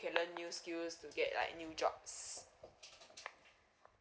you can learn new skill to get like new jobs